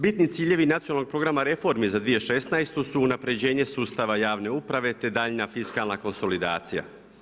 Bitni ciljevi nacionalnih programa reformi za 2016. su unaprjeđenje sustava javne uprave, te daljnja fiskalna konsolidacija.